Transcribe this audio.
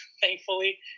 thankfully